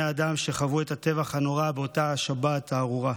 האדם שחוו את הטבח הנורא באותה שבת ארורה.